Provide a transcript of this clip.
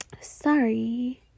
Sorry